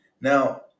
now